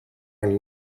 are